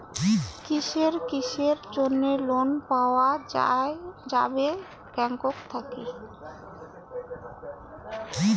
কিসের কিসের জন্যে লোন পাওয়া যাবে ব্যাংক থাকি?